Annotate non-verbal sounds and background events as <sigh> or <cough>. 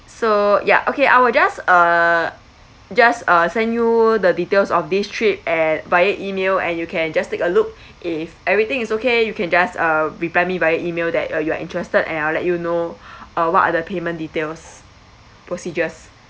so ya okay I will just uh just uh send you the details of this trip at via email and you can just take a look <breath> if everything is okay you can just uh reply me via email that uh you are interested and I'll let you know <breath> uh what are the payment details procedures